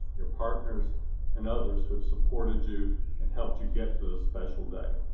your partners and others who have supported you and helped you get to this special day.